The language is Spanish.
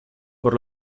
por